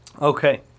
Okay